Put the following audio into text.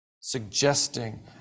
suggesting